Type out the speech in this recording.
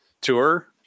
tour